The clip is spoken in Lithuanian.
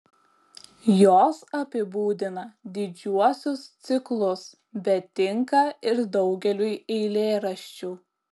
jos apibūdina didžiuosius ciklus bet tinka ir daugeliui eilėraščių